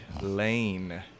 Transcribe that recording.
Lane